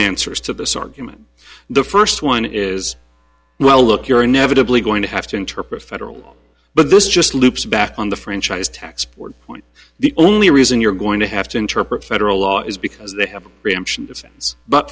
answers to this argument the first one is well look you're inevitably going to have to interpret federal but this just loops back on the franchise tax board point the only reason you're going to have to interpret federal law is because they have a preemption defense but